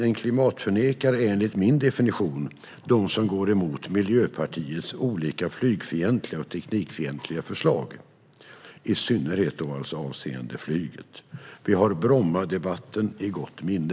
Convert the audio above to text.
En klimatförnekare är enligt deras definition den som går emot Miljöpartiets olika flygfientliga och teknikfientliga förslag, i synnerhet avseende flyget. Vi har Brommadebatten i gott minne.